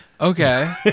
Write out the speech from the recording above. okay